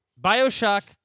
Bioshock